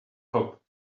hop